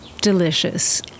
delicious